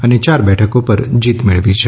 અને યાર બેઠકો પર જીત મેળવી છે